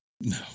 No